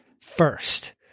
first